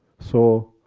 so,